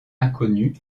inconnu